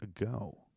ago